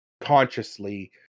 consciously